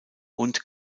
und